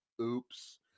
oops